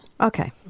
Okay